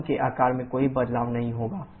pump के आकार में कोई बदलाव नहीं होगा